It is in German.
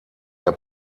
der